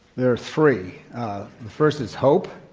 there are three. the first is hope,